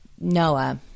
Noah